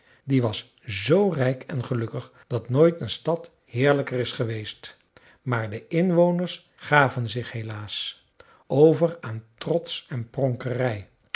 die was zoo rijk en gelukkig dat nooit een stad heerlijker is geweest maar de inwoners gaven zich helaas over aan trots en pronkerij